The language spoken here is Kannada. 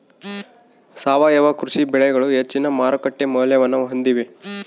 ಸಾವಯವ ಕೃಷಿ ಬೆಳೆಗಳು ಹೆಚ್ಚಿನ ಮಾರುಕಟ್ಟೆ ಮೌಲ್ಯವನ್ನ ಹೊಂದಿವೆ